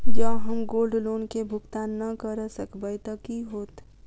जँ हम gold loan केँ भुगतान न करऽ सकबै तऽ की होत?